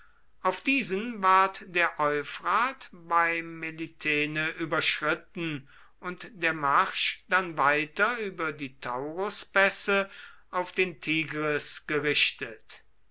auf diesen ward der euphrat bei melitene überschritten und der marsch dann weiter über die tauruspässe auf den tigris gerichtet